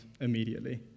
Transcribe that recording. immediately